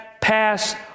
pass